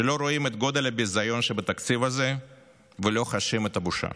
שלא רואים את גודל הביזיון שבתקציב הזה ולא חשים את הבושה.